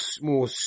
more